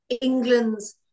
England's